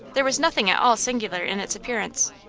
there was nothing at all singular in its appearance.